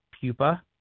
pupa